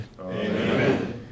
Amen